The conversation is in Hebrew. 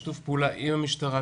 שיתוף פעולה עם המשטרה,